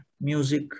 music